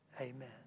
Amen